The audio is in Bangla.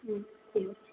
হুম ঠিক আছে